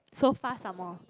so fast some more